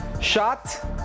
shot